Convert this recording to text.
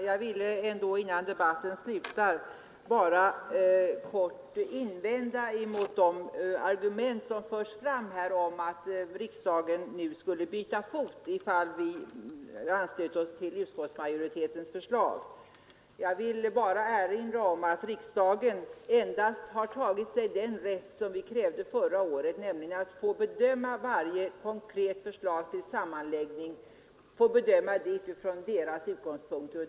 Herr talman! Innan debatten slutar vill jag kort invända mot det argument som förs fram här om att riksdagen nu skulle byta fot, ifall vi ansluter oss till utskottsmajoritetens förslag. Jag vill endast erinra om att riksdagen i så fall tagit sig den rätt vi krävde förra året, nämligen att få bedöma varje konkret förslag till sammanläggning från här angivna utgångspunkter.